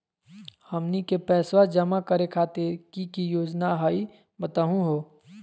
हमनी के पैसवा जमा खातीर की की योजना हई बतहु हो?